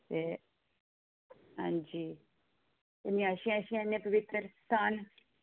ते आं जी इन्नियां अच्छियां अच्छियां इन्ने पवित्र स्थान